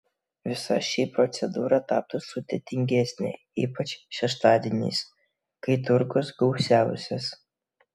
visa ši procedūra taptų sudėtingesnė ypač šeštadieniais kai turgus gausiausias